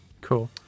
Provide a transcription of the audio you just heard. Cool